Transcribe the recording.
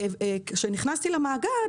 כשנכנסתי למאגד,